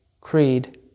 Creed